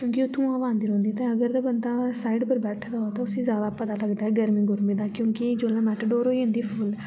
क्योंकि उत्थु हवा आंदी रौंह्दी ते अगर ते बन्दा साइड उप्पर बैठे दा होवे ते उसी ज्यादा पता लगदा ऐ गर्मी गुर्मी दा क्योंकि जेल्लै मेटाडोर होई जन्दी फुल्ल